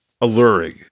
alluring